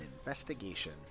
investigation